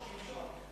"שמשון".